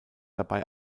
dabei